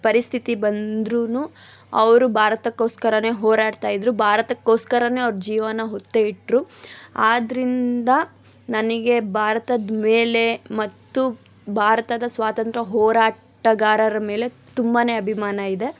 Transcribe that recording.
ಪರಿಸ್ಥಿತಿ ಬಂದ್ರೂ ಅವರು ಭಾರತಕೋಸ್ಕರನೇ ಹೋರಾಡ್ತಾ ಇದ್ರು ಭಾರತಕೋಸ್ಕರವೇ ಅವ್ರ ಜೀವಾನ ಒತ್ತೆ ಇಟ್ಟರು ಆದ್ದರಿಂದ ನನಗೆ ಭಾರತದ ಮೇಲೆ ಮತ್ತು ಭಾರತದ ಸ್ವಾತಂತ್ರ್ಯ ಹೋರಾಟಗಾರರ ಮೇಲೆ ತುಂಬಾ ಅಭಿಮಾನ ಇದೆ